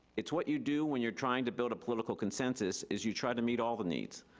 it's what you do when you're trying to build a political consensus is you try to meet all the needs,